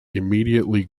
immediately